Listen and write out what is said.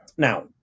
Now